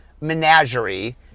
Menagerie